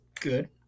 good